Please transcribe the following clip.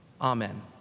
Amen